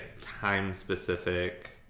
time-specific